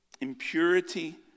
impurity